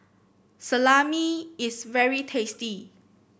salami is very tasty